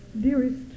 dearest